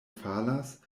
falas